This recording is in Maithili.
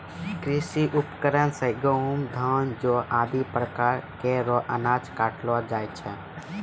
कृषि उपकरण सें गेंहू, धान, जौ आदि प्रकार केरो अनाज काटलो जाय छै